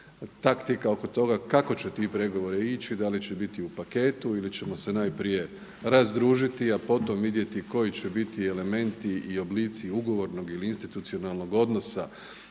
taktika oko toga kako će ti pregovori ići, da li će biti u paketu ili ćemo se najprije razdružiti, a potom vidjeti koji će biti elementi i oblici ugovornog ili institucionalnog odnosa